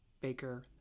Baker